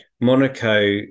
Monaco